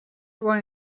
when